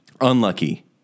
Unlucky